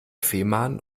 fehmarn